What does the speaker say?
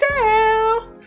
tell